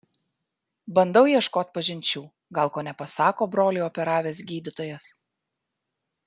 bandau ieškot pažinčių gal ko nepasako brolį operavęs gydytojas